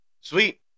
Sweet